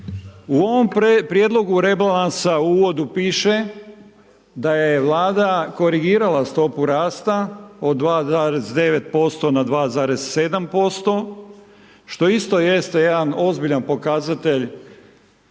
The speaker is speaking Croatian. U ovom prijedlogu rebalansa u uvodu piše da je Vlada korigirala stopu rasta od 2,9% na 2,7%, što isto jeste jedan ozbiljan pokazatelj